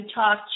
talk